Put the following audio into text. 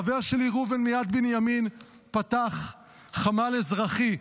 חבר שלי ראובן מיד בנימין פתח חמ"ל אזרחי,